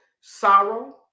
sorrow